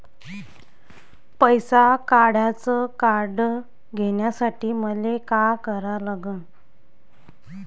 पैसा काढ्याचं कार्ड घेण्यासाठी मले काय करा लागन?